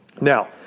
Now